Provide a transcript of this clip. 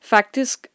Faktisk